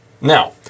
Now